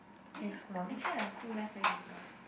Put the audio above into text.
eh actually I also left very little